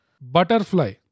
Butterfly